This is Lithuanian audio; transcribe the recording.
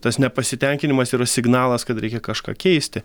tas nepasitenkinimas yra signalas kad reikia kažką keisti